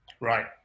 right